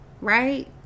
right